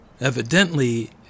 Evidently